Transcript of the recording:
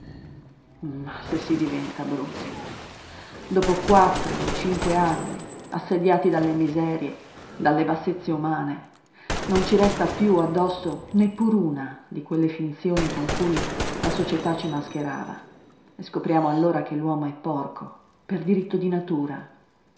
ma se si diventa bruti dopo quattro o cinque anni assediati dalle miserie dalle bassezze umane non ci resta più addosso neppur una di quelle finzioni con cui la società ci mascherava e scopriamo allora che l'uomo è porco per diritto di natura